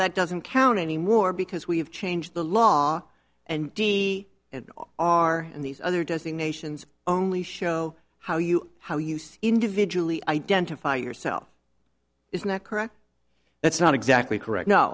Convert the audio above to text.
that doesn't count anymore because we have changed the law and d n r and these other designations only show how you how you individually identify yourself is not correct that's not exactly correct no